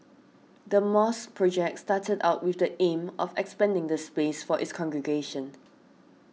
the mosque project started out with the aim of expanding the space for its congregation